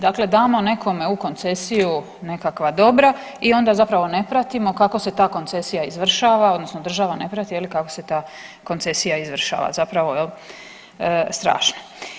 Dakle, damo nekome u koncesiju nekakva dobra i onda zapravo ne pratimo kako se ta koncesija izvršava odnosno država ne prati je li kako se ta koncesija izvršava zapravo jel strašno.